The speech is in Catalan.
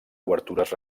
obertures